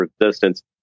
resistance